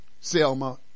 Selma